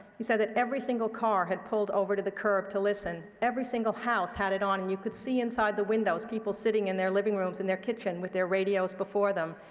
he said that every single car had pulled over to the curb to listen, every single house had it on, and you could see inside the windows people sitting in their living rooms, in their kitchen with their radios before them.